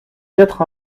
quatre